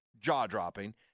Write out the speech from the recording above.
jaw-dropping